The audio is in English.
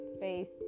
faith